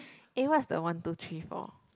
eh what's the one two three for